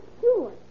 Sure